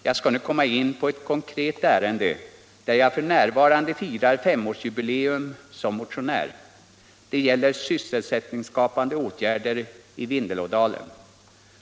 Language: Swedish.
Jag skall nu komma in på ett konkret ärende, där jag f.n. firar femårsjubileum som motionär. Det gäller sysselsättningsskapande åtgärder i Vindelådalen.